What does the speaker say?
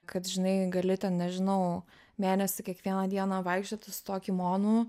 kad žinai gali ten nežinau mėnesį kiekvieną dieną vaikščioti su tuo kimonu